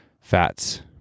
fats